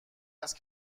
است